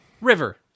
River